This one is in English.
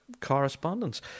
correspondence